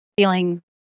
feeling